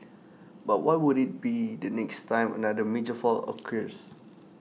but what would IT be the next time another major fault occurs